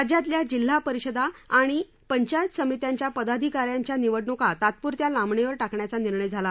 राज्यातल्या जिल्हा परिषदा आणि पद्धीयत समित्याच्या पदाधिका यांच्या निवडणुका तात्पुरत्या लाख्खीवर टाकण्याचा निर्णय झाला